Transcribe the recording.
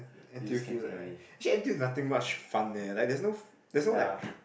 N_T_U fields eh actually N_T_U is nothing much fun eh like there's no there's no like